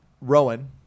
Rowan